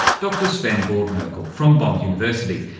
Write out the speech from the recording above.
dr sven brodmerkel from bond university.